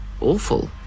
awful